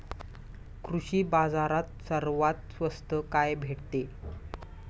कृषी बाजारात सर्वात स्वस्त काय भेटते?